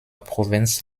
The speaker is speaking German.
provinz